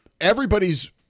everybody's